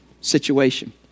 situation